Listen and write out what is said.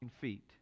feet